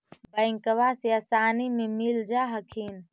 बैंकबा से आसानी मे मिल जा हखिन?